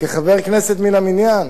כחבר כנסת מן המניין.